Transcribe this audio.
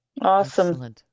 Awesome